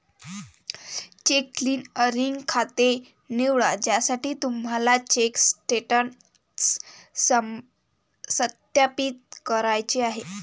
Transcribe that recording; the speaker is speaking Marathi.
चेक क्लिअरिंग खाते निवडा ज्यासाठी तुम्हाला चेक स्टेटस सत्यापित करायचे आहे